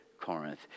Corinth